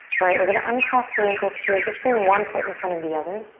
alright, we're gonna uncross the ankles here. just bring one foot in front of the other.